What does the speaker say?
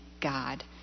God